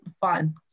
fine